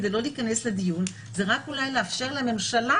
כדי לא להיכנס לדיון לאפשר לממשלה